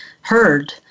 heard